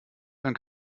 dann